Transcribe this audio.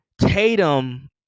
Tatum